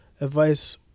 advice